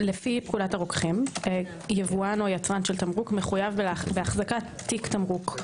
לפי פקודת הרוקחים יבואן או יצרן של תמרוק מחויב בהחזקת תיק תמרוק.